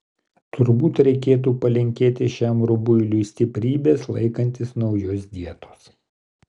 turbūt reikėtų palinkėti šiam rubuiliui stiprybės laikantis naujos dietos